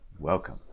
Welcome